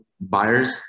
buyers